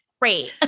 great